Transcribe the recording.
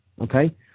okay